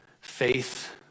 faith